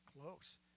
close